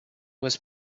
was